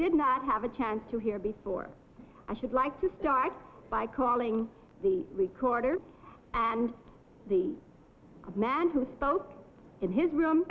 add have a chance to hear before i should like to start by calling the recorder and the man who spoke in his room